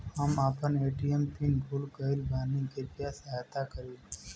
हम आपन ATM PIN भूल गईल बानी कृपया सहायता करी